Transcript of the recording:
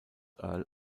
earl